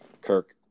Kirk